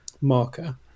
marker